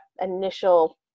initial